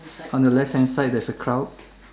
on the left hand side there is a crowd